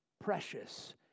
precious